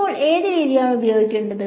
ഇപ്പോൾ ഏത് രീതിയാണ് ഉപയോഗിക്കേണ്ടത്